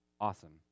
Awesome